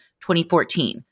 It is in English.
2014